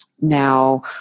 now